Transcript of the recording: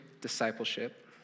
discipleship